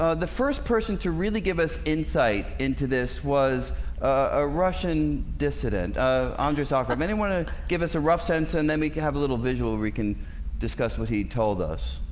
ah the first person to really give us insight into this was a russian dissident andre soccer many want to give us a rough sense and then we can have a little visual we can discuss what he told us